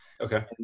Okay